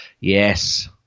Yes